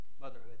motherhood